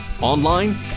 online